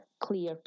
clear